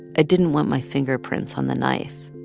i didn't want my fingerprints on the knife,